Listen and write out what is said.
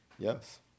Yes